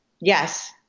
Yes